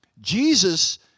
Jesus